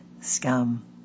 scum